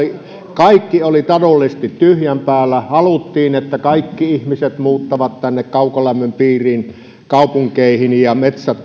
kaikki taloudellisesti tyhjän päällä haluttiin että kaikki ihmiset muuttavat tänne kaukolämmön piiriin kaupunkeihin ja metsät